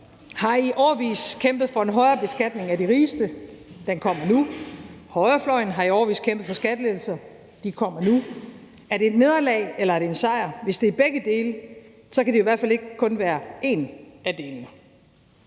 har i årevis kæmpet for en højere beskatning af de rigeste, og den kommer nu. Højrefløjen har i årevis kæmpet for skattelettelser, og de kommer nu. Er det et nederlag, eller er det en sejr? Hvis det er begge dele, så kan det jo i hvert fald ikke kun være en af delene.